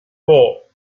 four